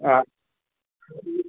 ആ